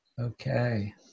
Okay